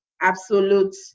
absolute